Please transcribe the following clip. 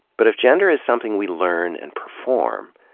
but if gender is something we learn and perform,